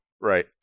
right